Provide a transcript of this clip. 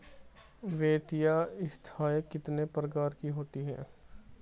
वित्तीय संस्थाएं कितने प्रकार की होती हैं?